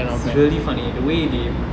it's really funny the way they